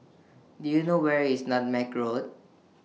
Do YOU know Where IS Nutmeg Road